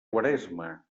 quaresma